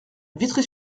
vitry